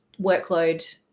workload